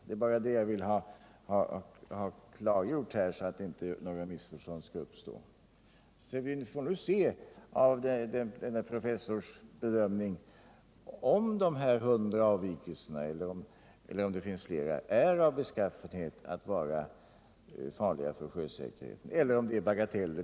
Det är bara det som jag vill ha klargjort, så att inga missförstånd skall uppstå. Efter professorns bedömning får vi se om de här 100 avvikelserna, eller kanske flera, är av den beskaffenheten att de är farliga för sjösäkerheten eller om de är bagateller.